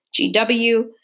GW